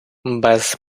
без